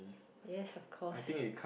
yes of course